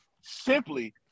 simply